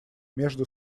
между